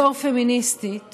בתור פמיניסטית